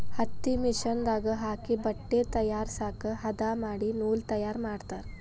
ಹತ್ತಿನ ಮಿಷನ್ ದಾಗ ಹಾಕಿ ಬಟ್ಟೆ ತಯಾರಸಾಕ ಹದಾ ಮಾಡಿ ನೂಲ ತಯಾರ ಮಾಡ್ತಾರ